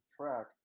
track